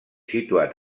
situat